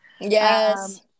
yes